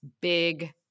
big